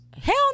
hell